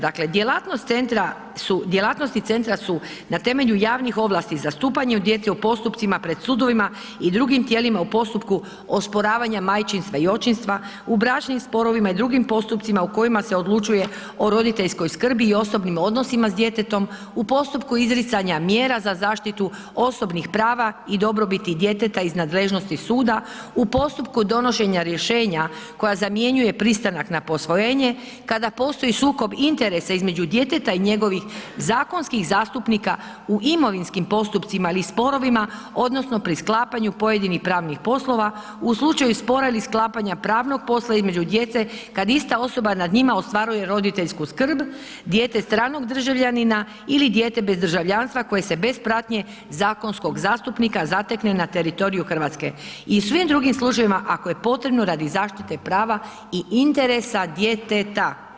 Dakle djelatnosti su centra su na temelju javnih ovlasti, zastupanje djece u postupcima pred sudovima i drugim tijelima i drugim tijelima u postupku osporavanja majčinstva i očinstva, u bračnim sporovima i drugim postupcima u kojima se odlučuje o roditeljskoj skrbi i osobnim odnosima s djetetom, u postupku izricanja mjera za zaštitu osobnih prava i dobrobiti djeteta iz nadležnosti suda, u postupku donošenja rješenja koja zamjenjuje pristanak na posvojenje, kada postoji sukob interesa između djeteta i njegovih zakonskih zastupnika u imovinskim postupcima ili sporovima odnosno pri sklapanju pojedinih pravnih poslova u slučaju spora ili sklapanja pravnog posla između djece kad ista osoba nad njima ostvaruje roditeljsku skrb, dijete stranog državljanina ili dijete bez državljanstva koje se bez pratnje zakonskog zastupnika zatekne na teritoriju Hrvatske i u svim drugim slučajevima ako je potrebno radi zaštite prava i interesa djeteta.